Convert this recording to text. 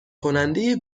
کننده